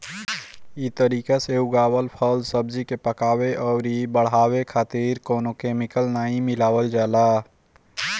इ तरीका से उगावल फल, सब्जी के पकावे अउरी बढ़ावे खातिर कवनो केमिकल नाइ मिलावल जाला